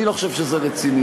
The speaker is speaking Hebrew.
אני לא חושב שזה רציני.